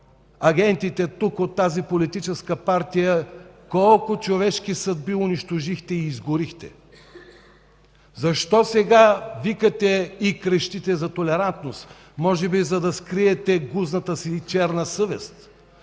агентите тук от тази политическа партия: колко човешки съдби унищожихте и изгорихте?! Защо сега викате и крещите за толерантност? Може би, за да скриете гузната си и черна съвест.